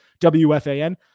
wfan